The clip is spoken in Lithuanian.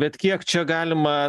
bet kiek čia galima